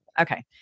okay